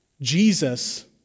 Jesus